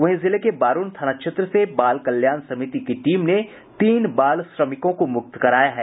वहीं जिले के बारूण थाना क्षेत्र से बाल कल्याण समिति की टीम ने तीन बाल श्रमिकों को मुक्त कराया है